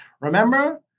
remember